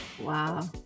Wow